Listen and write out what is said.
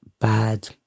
bad